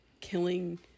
killing